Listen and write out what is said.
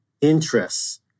interests